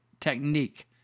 technique